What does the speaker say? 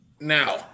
Now